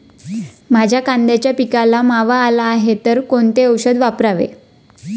माझ्या कांद्याच्या पिकाला मावा झाला आहे तर कोणते औषध वापरावे?